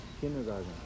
kindergarten